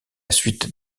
suite